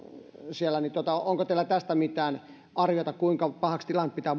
siellä onko teillä tästä mitään arviota kuinka pahaksi tilanteen pitää